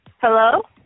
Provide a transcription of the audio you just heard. Hello